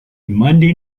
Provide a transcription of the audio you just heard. monday